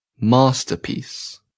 Masterpiece